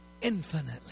infinitely